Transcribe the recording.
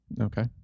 Okay